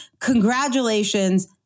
congratulations